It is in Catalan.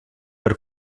per